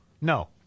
No